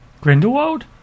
Grindelwald